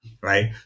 right